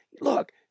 look